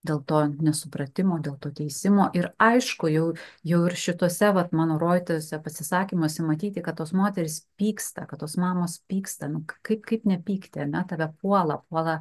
dėl to nesupratimo dėl to teisimo ir aišku jau jau ir šitose vat mano rodytuose pasisakymuose matyti kad tos moterys pyksta kad tos mamos pyksta kaip kaip nepykti ar ne tave puola puola